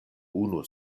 unu